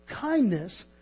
kindness